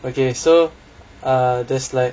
okay so uh there's like